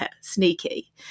sneaky